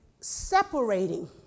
separating